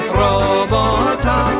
robota